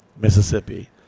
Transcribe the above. Mississippi